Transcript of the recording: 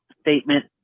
statement